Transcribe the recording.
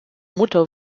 mutter